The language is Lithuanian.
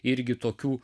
irgi tokių